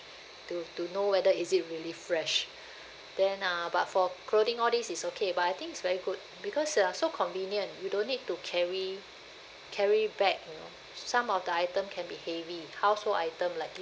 to to know whether is it really fresh then uh but for clothing all these is okay but I think it's very good because uh so convenient you don't need to carry carry back you know some of the item can be heavy household item like